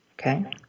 Okay